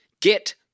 Get